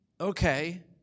Okay